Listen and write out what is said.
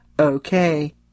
okay